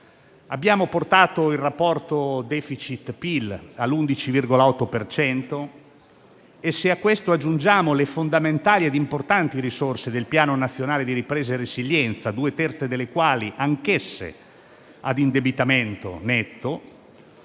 abbiamo portato il rapporto tra *deficit* e PIL all'11,8 per cento e, se a questo aggiungiamo le fondamentali e importanti risorse del Piano nazionale di ripresa e resilienza, due terzi delle quali anch'esse ad indebitamento netto,